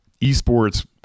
Esports